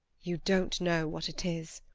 you don't know what it is.